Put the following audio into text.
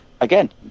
Again